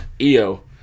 EO